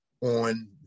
on